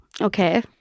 Okay